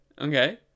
Okay